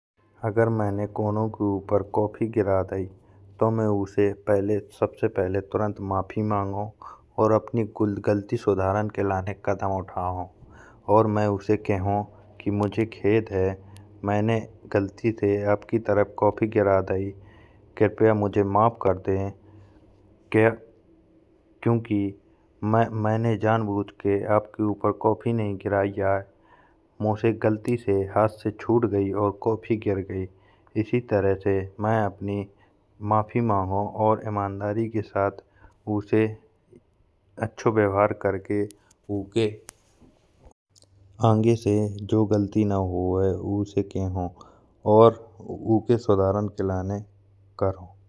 अगर मैनें कोनऊ के ऊपर कॉफी गिरा दई। तो मैं उसे सबसे पहले माफी माँगौँ और मैं अपनी गलती सुधारन के लाने कदम उठाओं और मैं उसे कएओ कि मुझे खेद है। कि मैनें गलती से आपके तरफ कॉफी गिरा दई कृपया मुझे माफ कर दे। क्युकि मैनें जानबूझ के आपके ऊपर कॉफी नहीं गिराई आये मोसे गलती से हाथ से छूट गई और कॉफी गिर गई। इसी तरह से मैं अपनी माफी माँगौँ और ईमानदारी के साथ उसे अच्छो व्यवहार करके उसे कहऊँ और उसके सुधारन के लाने करौँ।